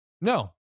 no